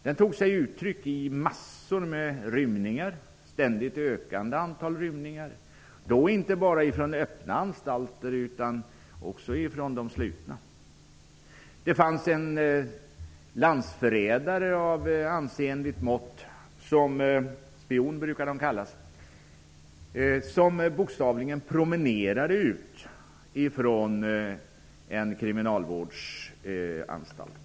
Den tog sig uttryck i massor med rymningar och ett ständigt ökande antal rymningar, inte bara från öppna anstalter utan också från slutna. Det fanns en landsförrädare av ansenligt mått -- spioner brukar de kallas -- som bokstavligen promenerade ut från en kriminalvårdsanstalt.